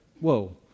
whoa